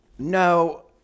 No